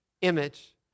image